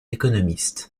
économiste